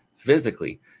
physically